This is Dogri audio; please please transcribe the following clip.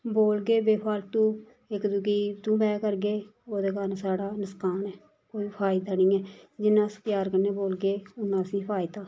बोलगे बे फालतू इक दुए गी टू बैक करगे ओह्दे कारण साढ़ा नसकान ऐ कोई फायदा नी ऐ जिन्ना अस प्यार कन्नै बोलगे उन्ना असेंगी फायदा